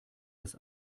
das